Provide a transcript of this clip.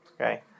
okay